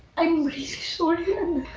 i'm really sorry,